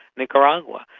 nicaragua.